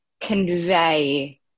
convey